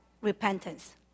repentance